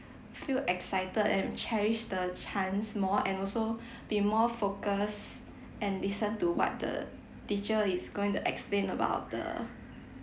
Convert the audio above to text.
feel excited and cherish the chance more and also be more focus and listen to what the teacher is going to explain about the